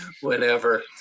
whenever